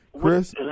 Chris